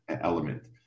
element